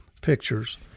pictures